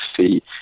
see